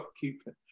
keeping